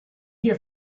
here